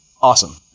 awesome